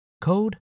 code